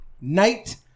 night